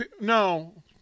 No